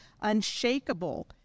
Unshakable